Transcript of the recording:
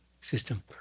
system